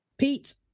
Pete